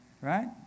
Right